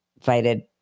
invited